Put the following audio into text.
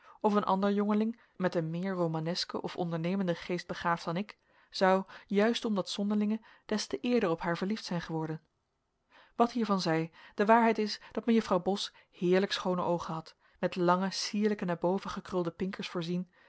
of een ander jongeling met een meer romanesken of ondernemenden geest begaafd dan ik zou juist om dat zonderlinge des te eerder op haar verliefd zijn geworden wat hiervan zij de waarheid is dat mejuffrouw bos heerlijk schoone oogen had met lange sierlijk naar boven gekrulde pinkers voorzien